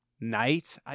night